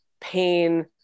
pain